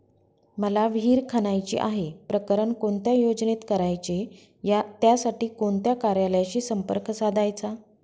मला विहिर खणायची आहे, प्रकरण कोणत्या योजनेत करायचे त्यासाठी कोणत्या कार्यालयाशी संपर्क साधायचा?